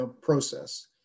process